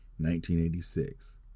1986